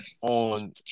on